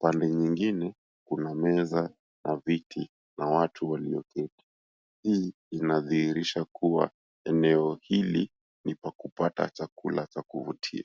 Pande nyingine kuna meza na viti na watu walioketi. Hii inadhihirisha kua eneo hili ni pa kupata chakula cha kuvutia.